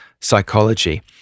psychology